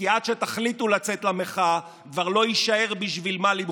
כי עד שתחליטו לצאת למחאה כבר לא יישאר בשביל מה למחות.